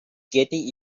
getting